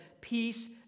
Peace